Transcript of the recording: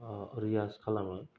रियाज खालामो